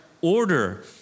order